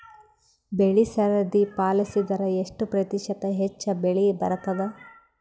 ಬೆಳಿ ಸರದಿ ಪಾಲಸಿದರ ಎಷ್ಟ ಪ್ರತಿಶತ ಹೆಚ್ಚ ಬೆಳಿ ಬರತದ?